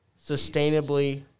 sustainably